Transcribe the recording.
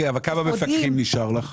כמה מפקחים נשארו לך?